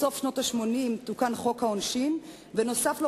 בסוף שנות ה-80 תוקן חוק העונשין ונוסף לו